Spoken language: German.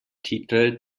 titel